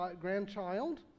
grandchild